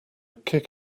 kick